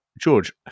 George